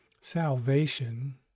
Salvation